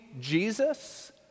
Jesus